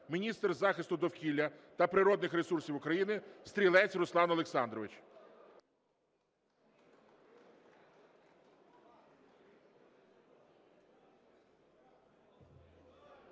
міністр захисту довкілля та природних ресурсів України Стрілець Руслан Олександрович.